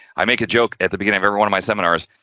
i make a joke at the beginning of every one of my seminars,